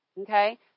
Okay